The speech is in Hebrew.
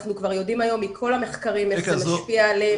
אנחנו כבר יודעים היום מכל המחקרים איך זה משפיע עליהם,